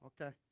Okay